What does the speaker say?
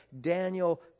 Daniel